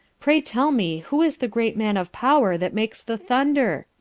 pray tell me who is the great man of power that makes the thunder?